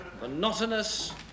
monotonous